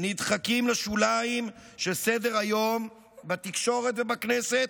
נדחקות לשוליים של סדר-היום בתקשורת ובכנסת,